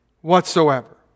whatsoever